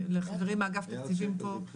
לחברי מאגף תקציבים פה.